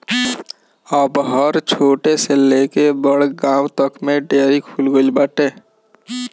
अब हर छोट से लेके बड़ गांव तक में डेयरी खुल गईल बाटे